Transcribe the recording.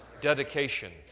dedication